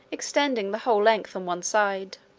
extending the whole length on one side.